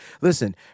Listen